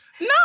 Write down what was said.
No